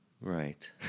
Right